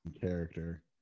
character